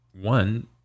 one